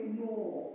more